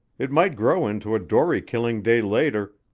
it might grow into a dory-killing day later,